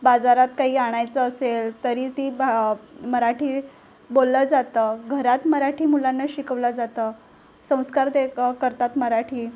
बाजारात काही आणायचं असेल तरी ती भा मराठी बोललं जातं घरात मराठी मुलांना शिकवलं जातं संस्कार ते क करतात मराठी